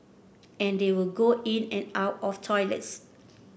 and they will go in and out of toilets